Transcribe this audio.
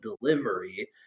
delivery